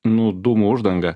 nu dūmų uždanga